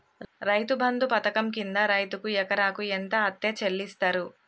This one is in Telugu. రైతు బంధు పథకం కింద రైతుకు ఎకరాకు ఎంత అత్తే చెల్లిస్తరు?